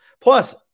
Plus